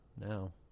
now